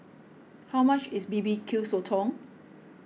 how much is B B Q Sotong